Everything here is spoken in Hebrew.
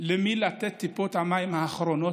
למי לתת לשתות את טיפות המים האחרונות,